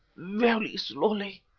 very slowly.